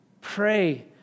Pray